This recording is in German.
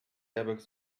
airbags